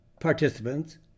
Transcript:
participants